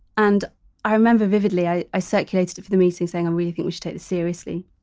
and i remember vividly i i circulated it for the meeting saying and we think we should take it seriously.